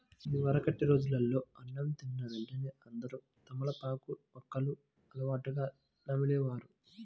ఇదివరకటి రోజుల్లో అన్నం తిన్న వెంటనే అందరూ తమలపాకు, వక్కలను అలవాటుగా నమిలే వారు